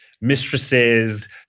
mistresses